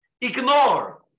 Ignore